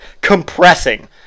compressing